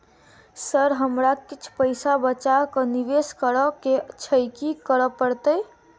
Sir हमरा किछ पैसा बचा कऽ निवेश करऽ केँ छैय की करऽ परतै?